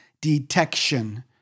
detection